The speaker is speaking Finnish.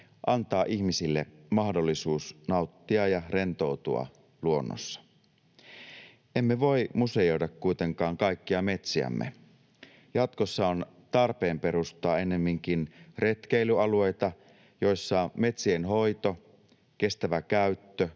antaa ihmisille mahdollisuus nauttia ja rentoutua luonnossa. Emme voi museoida kuitenkaan kaikkia metsiämme. Jatkossa on tarpeen perustaa ennemminkin retkeilyalueita, joissa metsien hoito, kestävä käyttö,